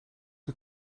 die